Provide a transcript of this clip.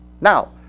Now